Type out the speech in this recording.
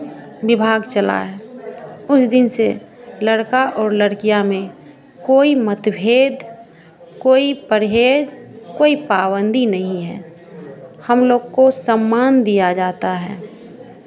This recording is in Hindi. विभाग चला है उस दिन से लड़का और लड़कियाँ में कोई मतभेद कोई परहेज कोई पाबंदी नहीं है हम लोग को सम्मान दिया जाता है